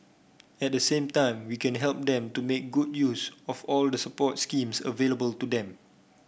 at the same time we can help them to make good use of all the support schemes available to them